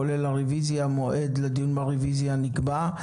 מועד לדיון ברביזיה נקבע,